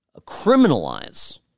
criminalize